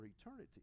eternity